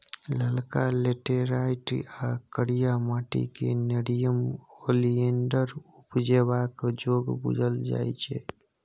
ललका लेटैराइट या करिया माटि क़ेँ नेरियम ओलिएंडर उपजेबाक जोग बुझल जाइ छै